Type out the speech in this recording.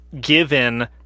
given